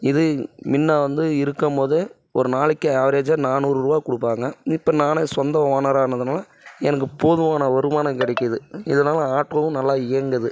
இது முன்ன வந்து இருக்கும்போது ஒரு நாளைக்கு ஆவரேஜாக நானூறு ரூபா கொடுப்பாங்க இப்போ நானே சொந்த ஓனராக ஆனதுனால் எனக்கு போதுமான வருமானம் கிடைக்கிது இதனால ஆட்டோவும் நல்லா இயங்குது